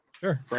Sure